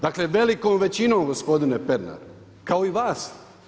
Dakle, velikom većinom gospodine Pernar kao i vas.